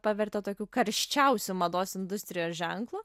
pavertė tokiu karščiausiu mados industrijos ženklu